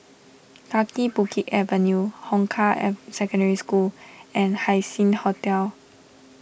Kaki Bukit Avenue Hong Kah Secondary School and Haising Hotel